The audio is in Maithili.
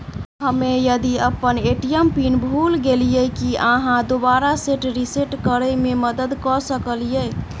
हम्मे यदि अप्पन ए.टी.एम पिन भूल गेलियै, की अहाँ दोबारा सेट रिसेट करैमे मदद करऽ सकलिये?